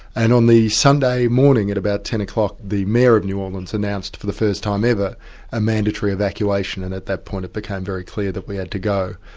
and on the sunday morning at about ten o'clock, the mayor of new orleans announced for the first time ever a mandatory evacuation, and at that point it became very clear that we had to go.